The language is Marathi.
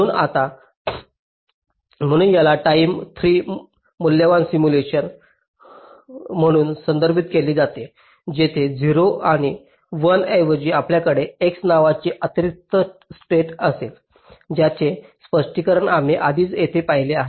म्हणूनच याला टाइमड 3 मूल्यवान सिम्युलेशन म्हणून संदर्भित केले जाते जेथे 0 आणि 1 ऐवजी आपल्याकडे x नावाची अतिरिक्त स्टेट असेल ज्याचे स्पष्टीकरण आम्ही आधीच येथे पाहिले आहे